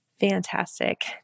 Fantastic